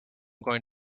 going